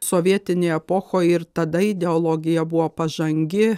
sovietinėj epochoj ir tada ideologija buvo pažangi